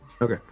Okay